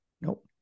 Nope